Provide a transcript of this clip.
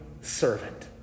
servant